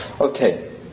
Okay